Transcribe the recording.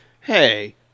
hey